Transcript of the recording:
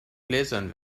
gläsern